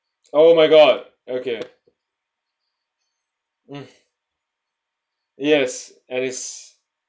oh my god okay with yes that is